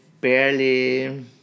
barely